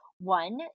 One